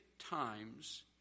Times